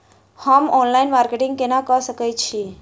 हम online marketing केना कऽ सकैत छी?